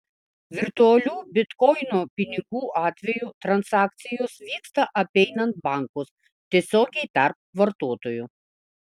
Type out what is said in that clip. virtualių bitkoino pinigų atveju transakcijos vyksta apeinant bankus tiesiogiai tarp vartotojų